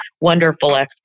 wonderful